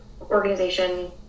organization